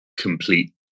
complete